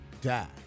die